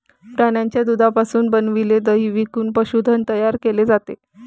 प्राण्यांच्या दुधापासून बनविलेले दही विकून पशुधन तयार केले जाते